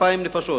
2,000 נפשות,